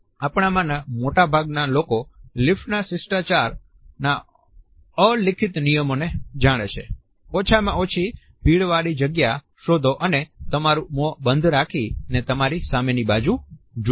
હવે આપણામાંના મોટાભાગના લોકો લીફ્ટના શિષ્ટાચારના અલિખિત નિયમોને જાણે છે ઓછામાં ઓછી ભીડવાળી જગ્યા શોધો અને તમારું મોં બંધ રાખીને તમારી સામેની બાજુ જુઓ